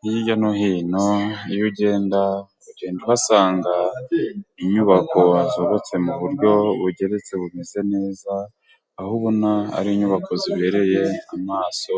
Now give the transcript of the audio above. Hirya no hino iyo ugenda, ugenda uhasanga inyubako zubatse mu buryo bugeretse bumeze neza, aho ubona ari inyubako zibereye amaso,